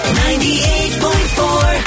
98.4